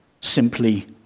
simply